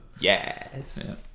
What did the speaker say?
yes